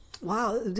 Wow